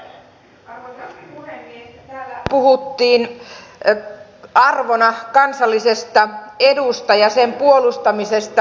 täällä puhuttiin arvona kansallisesta edusta ja sen puolustamisesta